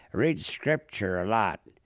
reads scripture a lot.